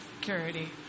Security